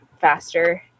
faster